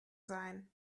sein